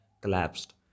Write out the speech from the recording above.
collapsed